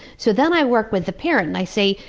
so then i work with the parent, and i say,